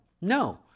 No